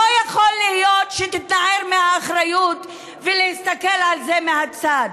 לא יכול להיות שתתנער מהאחריות ותסתכל על זה מהצד.